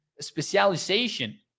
specialization